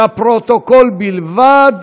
לפרוטוקול בלבד.